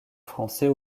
français